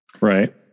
Right